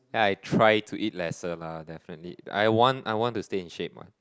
I try to eat lesser lah definitely I want I want to stay in shape [one]